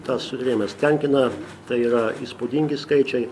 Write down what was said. tas suderėjimas tenkina tai yra įspūdingi skaičiai